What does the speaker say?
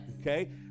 Okay